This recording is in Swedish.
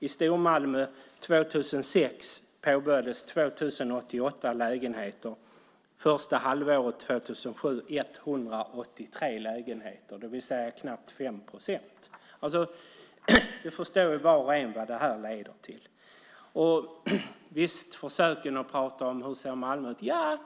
I Stormalmö påbörjades byggandet av 2 088 lägenheter 2006 och av 183 lägenheter första halvåret 2007, det vill säga knappt 5 procent. Var och en förstår väl vad det leder till. Visst, vi kan tala om hur Malmö ser ut.